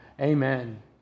Amen